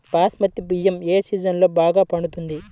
బాస్మతి బియ్యం ఏ సీజన్లో బాగా పండుతుంది?